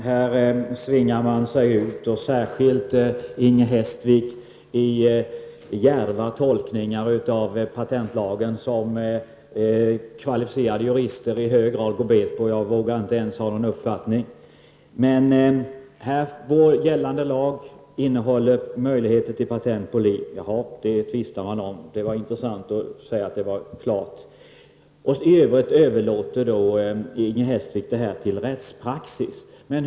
Herr talman! Här svingar man sig ut i djärva tolkningar av patentlagen — särskilt Inger Hestvik — som kvalificerade jurister i hög grad går bet på. Själv vågar jag inte ens ha en uppfattning. Men här har sagts att vår gällande lag innehåller möjligheter till patent på liv. Det är något som man tvistar om, men det var intressant att få detta klarlagt. I övrigt överlåter Inger Hestvik detta åt rättspraxis.